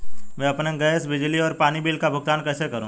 मैं अपने गैस, बिजली और पानी बिल का भुगतान कैसे करूँ?